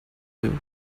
you